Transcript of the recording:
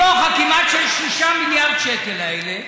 מתוך הכמעט 6 מיליארד שקל האלה,